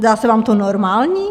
Zdá se vám to normální?